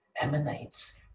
emanates